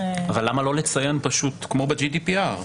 --- למה לא לציין כמו ב-GDPR,